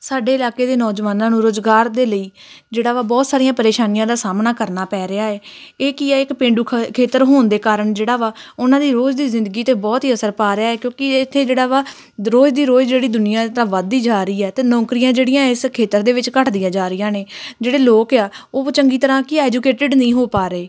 ਸਾਡੇ ਇਲਾਕੇ ਦੇ ਨੌਜਵਾਨਾਂ ਨੂੰ ਰੁਜ਼ਗਾਰ ਦੇ ਲਈ ਜਿਹੜਾ ਵਾ ਬਹੁਤ ਸਾਰੀਆਂ ਪ੍ਰੇਸ਼ਾਨੀਆਂ ਦਾ ਸਾਹਮਣਾ ਕਰਨਾ ਪੈ ਰਿਹਾ ਹੈ ਇਹ ਕੀ ਹੈ ਇੱਕ ਪੇਂਡੂ ਖ ਖੇਤਰ ਹੋਣ ਦੇ ਕਾਰਨ ਜਿਹੜਾ ਵਾ ਉਹਨਾਂ ਦੀ ਰੋਜ਼ ਦੀ ਜ਼ਿੰਦਗੀ 'ਤੇ ਬਹੁਤ ਹੀ ਅਸਰ ਪਾ ਰਿਹਾ ਹੈ ਕਿਉਂਕਿ ਇੱਥੇ ਜਿਹੜਾ ਵਾ ਰੋਜ਼ ਦੀ ਰੋਜ਼ ਜਿਹੜੀ ਦੁਨੀਆ ਤਾਂ ਵੱਧਦੀ ਜਾ ਰਹੀ ਹੈ ਅਤੇ ਨੌਕਰੀਆਂ ਜਿਹੜੀਆਂ ਇਸ ਖੇਤਰ ਦੇ ਵਿੱਚ ਘਟਦੀਆਂ ਜਾ ਰਹੀਆਂ ਨੇ ਜਿਹੜੇ ਲੋਕ ਆ ਉਹ ਚੰਗੀ ਤਰ੍ਹਾਂ ਕੀ ਐਜੂਕੇਟਡ ਨਹੀਂ ਹੋ ਪਾ ਰਹੇ